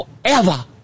forever